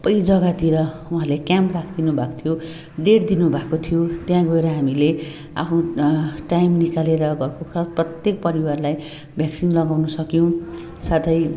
सबै जग्गातिर उहाँहरूले क्याम्प राखिदिनु भएको थियो डेट दिनुभएको थियो त्यहाँ गएर हामीले आफ्नो टाइम निकालेर घरको प्रत्येक परिवारलाई भ्याक्सिन लगाउन सक्यौँ साथै